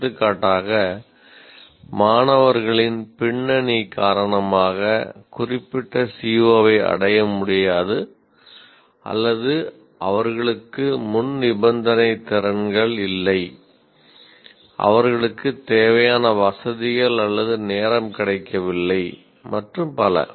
எடுத்துக்காட்டாக மாணவர்களின் பின்னணி காரணமாக குறிப்பிட்ட CO ஐ அடைய முடியாது அல்லது அவர்களுக்கு முன்நிபந்தனைத் திறன்கள் இல்லை அவர்களுக்கு தேவையான வசதிகள் அல்லது நேரம் கிடைக்கவில்லை மற்றும் பல